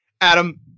Adam